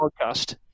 podcast